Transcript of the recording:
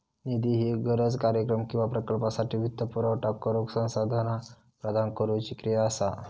निधी ही गरज, कार्यक्रम किंवा प्रकल्पासाठी वित्तपुरवठा करुक संसाधना प्रदान करुची क्रिया असा